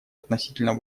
относительно